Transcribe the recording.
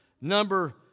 number